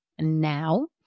now